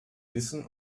wissen